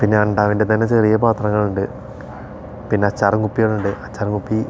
പിന്നെ അണ്ടാവിൻ്റെ തന്നെ ചെറിയ പാത്രങ്ങളുണ്ട് പിന്നെ അച്ചാർ കുപ്പികളുണ്ട് അച്ചാർ കുപ്പി